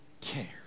care